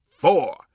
four